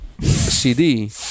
CD